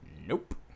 Nope